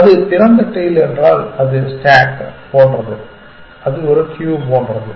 அது திறந்த டெயில் என்றால் அது ஸ்டேக் போன்றது அது ஒரு க்யூ போன்றது